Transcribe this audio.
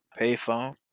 Payphone